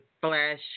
Flash